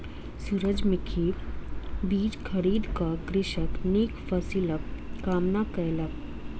सूरजमुखी बीज खरीद क कृषक नीक फसिलक कामना कयलक